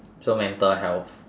so mental health